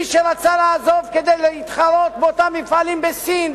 מי שרצה לעזוב כדי להתחרות באותם מפעלים בסין,